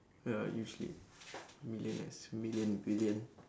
ya usually millionaires million billion